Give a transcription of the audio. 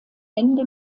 ende